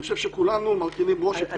אני חושב שכולנו מרכינים ראש בפני הבג"ץ.